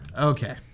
Okay